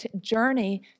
journey